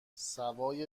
سوای